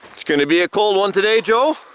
it's gonna be a cold one today, joe.